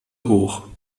hoch